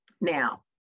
now